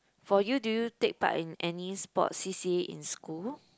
for you do you take part in any sports C_C_A in school